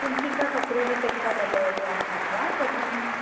कुञ्चिका तत्रैव त्यक्तवा गतवती आसीत् वा कथं